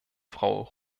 frau